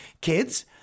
kids